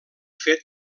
fet